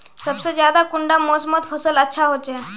सबसे ज्यादा कुंडा मोसमोत फसल अच्छा होचे?